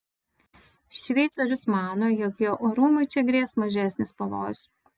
šveicorius mano jog jo orumui čia grės mažesnis pavojus